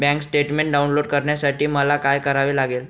Bank statement download करण्यासाठी मला काय करावे लागेल?